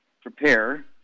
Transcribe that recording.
Prepare